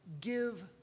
give